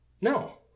No